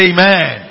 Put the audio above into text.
Amen